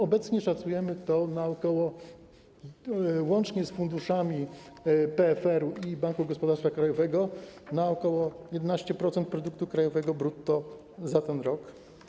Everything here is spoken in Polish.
Obecnie szacujemy to, łącznie z funduszami PFR-u i Banku Gospodarstwa Krajowego, na około 11% produktu krajowego brutto za ten rok.